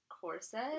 corset